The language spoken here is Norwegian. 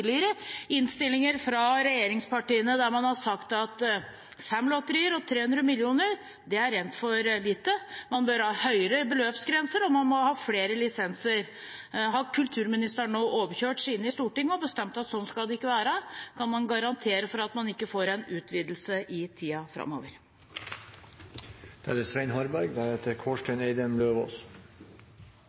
tidligere innstillinger hvor regjeringspartiene har sagt at fem lotterier og 300 mill. kr er rent for lite. Man bør ha høyere beløpsgrenser, og man må ha flere lisenser. Har kulturministeren nå overkjørt sine i Stortinget og bestemt at sånn skal det ikke være? Kan man garantere for at man ikke får en utvidelse i tiden framover? Jeg vet nesten ikke hvor jeg skal begynne. Dette er